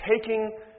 Taking